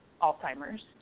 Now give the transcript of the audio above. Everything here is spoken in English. Alzheimer's